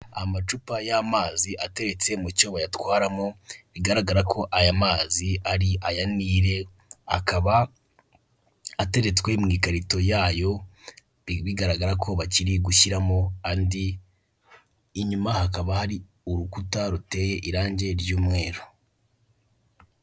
Amacupa y'amazi atetse mu cyo bayatwaramo; bigaragara ko aya mazi ari aya nire, akaba ateretswe mu ikarito yayo. Bigaragara ko bakiri gushyiramo andi, inyuma hakaba hari urukuta ruteye irange ry'umweru.